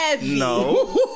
no